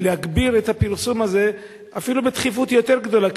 להגביר את הפרסום הזה אפילו בתכיפות יותר גדולה,